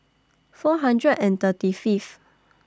four hundred and thirty Fifth